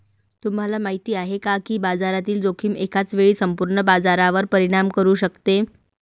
तुम्हाला माहिती आहे का की बाजारातील जोखीम एकाच वेळी संपूर्ण बाजारावर परिणाम करू शकते?